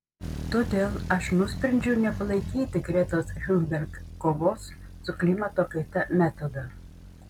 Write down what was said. todėl aš nusprendžiau nepalaikyti gretos thunberg kovos su klimato kaita metodo